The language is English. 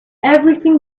everything